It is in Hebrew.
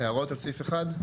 הערת על סעיף 1?